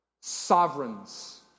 Sovereigns